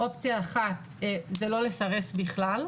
אופציה אחת זה לא לסרס בכלל,